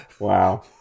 wow